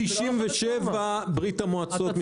מ-97' ברית המועצות מתגלגלת.